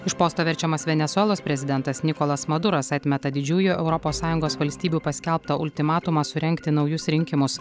iš posto verčiamas venesuelos prezidentas nikolas maduras atmeta didžiųjų europos sąjungos valstybių paskelbtą ultimatumą surengti naujus rinkimus